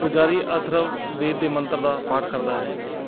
ਪੁਜਾਰੀ ਅਥਰਵ ਵੇਦ ਦੇ ਮੰਤਰ ਦਾ ਪਾਠ ਕਰਦਾ ਹੈ